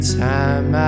time